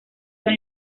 son